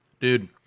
Dude